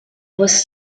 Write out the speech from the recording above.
was